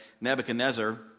Nebuchadnezzar